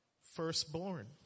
firstborn